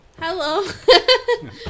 Hello